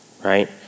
Right